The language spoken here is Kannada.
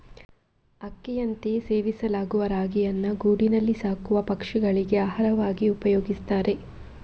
ಅಕ್ಕಿಯಂತೆಯೇ ಸೇವಿಸಲಾಗುವ ರಾಗಿಯನ್ನ ಗೂಡಿನಲ್ಲಿ ಸಾಕುವ ಪಕ್ಷಿಗಳಿಗೆ ಆಹಾರವಾಗಿ ಉಪಯೋಗಿಸ್ತಾರೆ